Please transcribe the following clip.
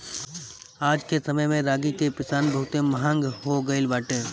आजके समय में रागी के पिसान बहुते महंग हो गइल बाटे